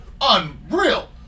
unreal